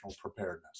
preparedness